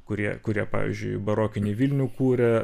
kurie kurie pavyzdžiui barokinį vilnių kūrė